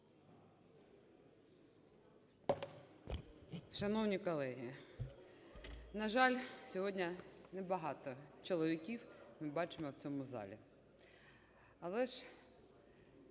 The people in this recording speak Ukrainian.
Шановні колеги, на жаль, сьогодні не багато чоловіків ми бачимо в цьому залі,